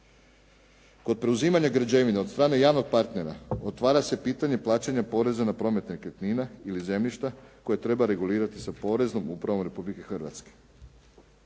Kod preuzimanja građevine od strane javnog partnera otvara se pitanje plaćanja poreza na promet nekretnina ili zemljišta koje treba regulirati sa Poreznom upravom Republike Hrvatske.